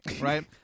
Right